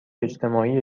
اجتماعی